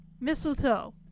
Mistletoe